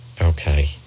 Okay